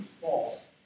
false